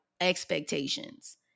expectations